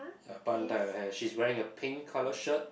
ya bun tie her hair she's wearing a pink colour shirt